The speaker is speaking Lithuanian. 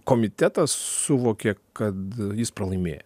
komitetas suvokė kad jis pralaimėjo